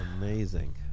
Amazing